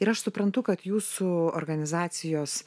ir aš suprantu kad jūsų organizacijos